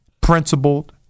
principled